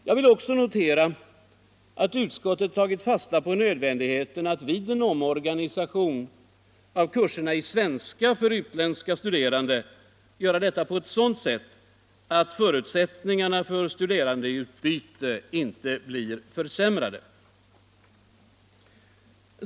Jag noterar också att utskottet tagit fasta på nödvändigheten att en omorganisation av kurserna i svenska för utländska studerande görs på sådant sätt att förutsättningarna för studerandeutbyte inte blir försämrade.